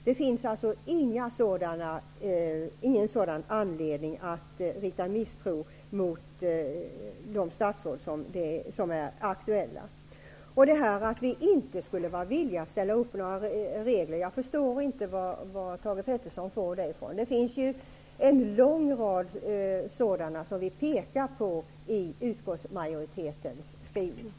Det finns alltså ingen sådan anledning att rikta misstro mot de statsråd som är aktuella. Jag förstår inte vad Thage G Peterson syftar på när han säger att vi inte skulle vara villiga att ställa upp några regler. Vi pekar på en lång rad sådana i utskottsmajoritetens skrivning.